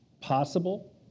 possible